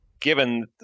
given